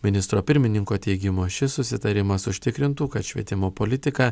ministro pirmininko teigimu šis susitarimas užtikrintų kad švietimo politika